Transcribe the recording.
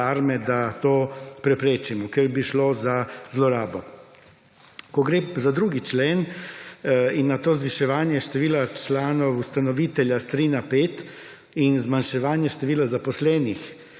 da to preprečimo, ker bi šlo za zlorabo. Ko gre za 2. člen in nato zviševanje števila članov ustanovitelja s 3 na 5 in zmanjševanje števila zaposlenih